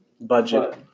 Budget